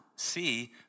see